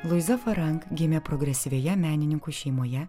luiza farank gimė progresyvioje menininkų šeimoje